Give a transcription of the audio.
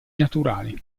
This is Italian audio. naturali